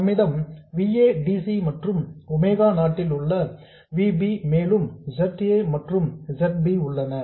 நம்மிடம் V a dc மற்றும் omega நாட் ல் உள்ள V b மேலும் Z a மற்றும் Z b உள்ளன